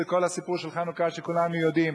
וכל הסיפור של חנוכה שכולנו יודעים.